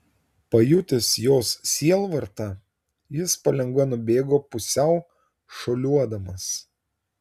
pajutęs jos sielvartą jis palengva nubėgo pusiau šuoliuodamas